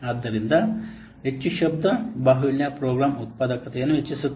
ಆದ್ದರಿಂದ ಹೆಚ್ಚು ಶಬ್ದ ಬಾಹುಳ್ಯ ಪ್ರೋಗ್ರಾಂ ಉತ್ಪಾದಕತೆಯನ್ನು ಹೆಚ್ಚಿಸುತ್ತದೆ